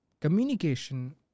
communication